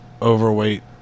Overweight